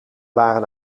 waren